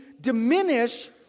diminish